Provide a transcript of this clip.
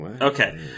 Okay